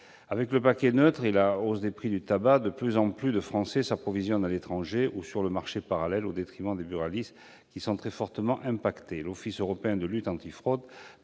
Avec le paquet neutre et la hausse du prix du tabac, de plus en plus de Français s'approvisionnent à l'étranger ou sur le marché parallèle, au détriment des buralistes, qui sont très fortement touchés. L'Office européen de lutte antifraude,